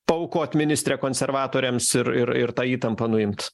paaukot ministrę konservatoriams ir ir ir tą įtampą nuimt